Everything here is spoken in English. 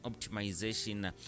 optimization